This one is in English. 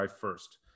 first